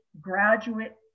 graduate